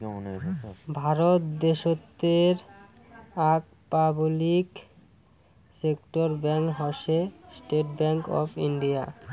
ভারত দ্যাশোতের আক public sector bank হসে স্টেট্ ব্যাঙ্ক অফ ইন্ডিয়া